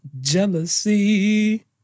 Jealousy